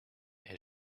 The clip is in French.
est